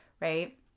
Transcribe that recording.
right